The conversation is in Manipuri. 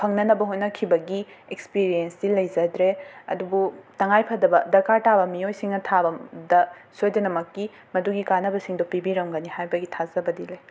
ꯐꯪꯅꯅꯕ ꯍꯣꯠꯅꯈꯤꯕꯒꯤ ꯑꯦꯛꯁꯄꯤꯔꯤꯌꯦꯟꯁꯇꯤ ꯂꯩꯖꯗ꯭ꯔꯦ ꯑꯗꯨꯕꯨ ꯇꯉꯥꯏꯐꯗꯕ ꯗꯔꯀꯥꯔ ꯇꯥꯕ ꯃꯤꯑꯣꯏꯁꯤꯡꯅ ꯊꯥꯕꯝꯗ ꯁꯣꯏꯗꯅꯃꯛꯀꯤ ꯃꯗꯨꯒꯤ ꯀꯥꯟꯅꯕꯁꯤꯡꯗꯨ ꯄꯤꯕꯤꯔꯝꯒꯅꯤ ꯍꯥꯏꯕꯒꯤ ꯊꯥꯖꯕꯗꯤ ꯂꯩ